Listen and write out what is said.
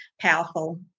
powerful